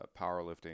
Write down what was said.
powerlifting